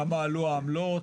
כמה עלו העמלות?